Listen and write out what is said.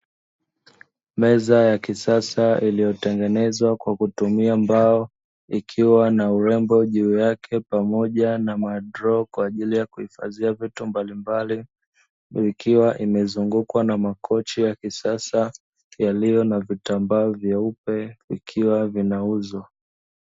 Meza ya kisasa iliyotengenezwa kwa kutumia mbao, ikiwa na urembo juu yake pamoja na madroo kwa ajili ya kuhifadhia vitu mbalimbali. Ikiwa imezungukwa na makochi ya kisasa yaliyo na vitambaa vyeupe, vikiwa vinauzwa.